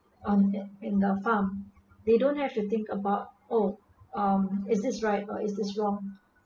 um in in the farm they don't have to think about oh um is this right or is this wrong